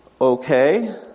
Okay